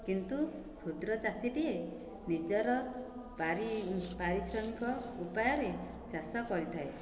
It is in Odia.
କିନ୍ତୁ କ୍ଷୁଦ୍ର ଚାଷୀଟିଏ ନିଜର ପାରି ପାରିଶ୍ରମିକ ଉପାୟରେ ଚାଷ କରିଥାଏ